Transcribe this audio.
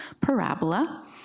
Parabola